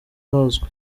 hazwi